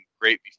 great